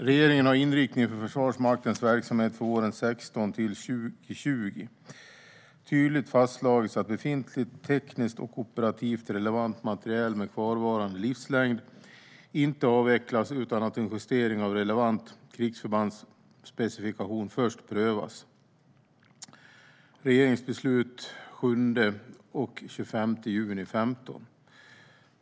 Regeringen har i inriktningen för Försvarsmaktens verksamhet för åren 2016 till och med 2020 tydligt fastslagit att befintlig tekniskt och operativt relevant materiel med kvarvarande livslängd inte avvecklas utan att en justering av relevant krigsförbandsspecifikation först prövats, enligt regeringsbeslut 7 från den 25 juni 2015.